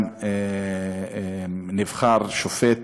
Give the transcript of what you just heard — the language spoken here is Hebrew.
נבחר שופט